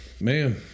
man